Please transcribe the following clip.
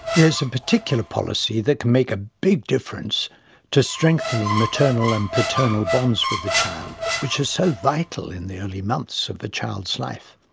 there is a particular policy that can make a big difference to strengthening maternal and paternal bonds with the child, which are so vital in the early months of a child's life.